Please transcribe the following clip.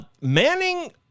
Manning